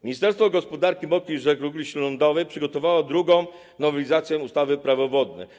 Ministerstwo Gospodarki Wodnej i Żeglugi Śródlądowej przygotowało drugą nowelizację ustawy Prawo wodne.